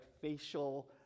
facial